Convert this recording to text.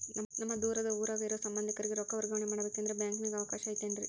ನಮ್ಮ ದೂರದ ಊರಾಗ ಇರೋ ಸಂಬಂಧಿಕರಿಗೆ ರೊಕ್ಕ ವರ್ಗಾವಣೆ ಮಾಡಬೇಕೆಂದರೆ ಬ್ಯಾಂಕಿನಾಗೆ ಅವಕಾಶ ಐತೇನ್ರಿ?